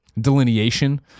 delineation